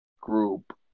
group